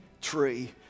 tree